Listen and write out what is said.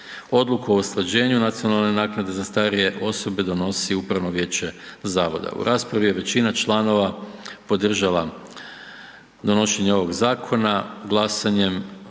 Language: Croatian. Odluku o usklađenju nacionalne naknade za starije osobe donosi upravno vijeće zavoda. U raspravi je većina članova podržala donošenje ovog zakona glasanje